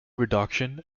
reduction